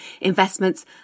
investments